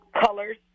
colors